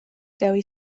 dewi